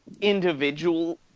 individual